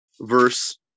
verse